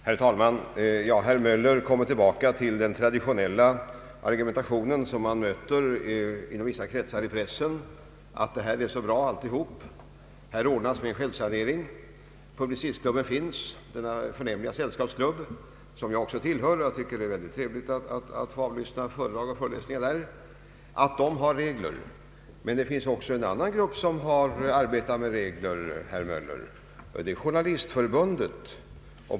Herr talman! Herr Möller återkommer till den traditionella argumentationen som man möter i vissa kretsar inom pressen: Här är allting bra, här ordnas med självsanering, Publicistklubben finns med sina regler — denna förnämliga sällskapsklubb, som jag också tillhör, där det kan vara väldigt trevligt att få avlyssna föredrag och föreläsningar i sådana ämnen. Men det finns också en annan grupp som arbetar med regler, herr Möller. Det är Journalistförbundet.